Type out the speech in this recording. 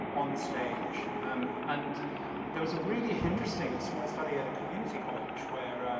um on stage um and there was a really interesting small study at a community college where, um,